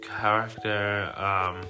character